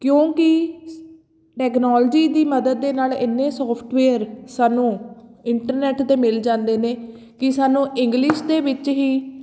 ਕਿਉਂਕਿ ਟੈਕਨੋਲੋਜੀ ਦੀ ਮਦਦ ਦੇ ਨਾਲ ਇੰਨੇ ਸੋਫਟਵੇਅਰ ਸਾਨੂੰ ਇੰਟਰਨੈੱਟ 'ਤੇ ਮਿਲ ਜਾਂਦੇ ਨੇ ਕਿ ਸਾਨੂੰ ਇੰਗਲਿਸ਼ ਦੇ ਵਿੱਚ ਹੀ